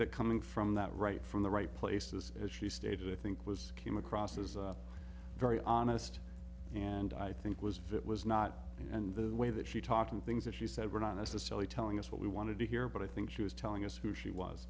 that coming from that right from the right places as she stated i think was came across as very honest and i think was fit was not and the way that she talked and things that she said were not necessarily telling us what we wanted to hear but i think she was telling us who she was